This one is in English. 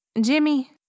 Jimmy